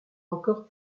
encore